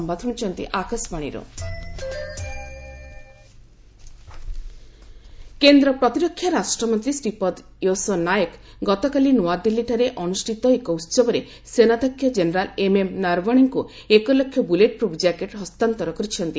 bulletproof jacket କେନ୍ଦ୍ର ପ୍ରତିରକ୍ଷା ରାଷ୍ଟ୍ରମନ୍ତ୍ରୀ ଶ୍ରୀପଦ ୟଶୋ ନାୟକ ଗତକାଲି ନୂଆଦିଲ୍ଲୀଠାରେ ଅନୁଷ୍ଠିତ ଏକ ଉତ୍ସବରେ ସେନାଧ୍ୟକ୍ଷ ଜେନେରାଲ ଏମ୍ଏମ୍ ନାରାବଣେଙ୍କୁ ଏକଲକ୍ଷ ବୁଲେଟ୍ପ୍ରୁଫ୍ ଜ୍ୟାକେଟ୍ ହସ୍ତାନ୍ତର କରିଛନ୍ତି